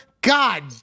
God